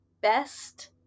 best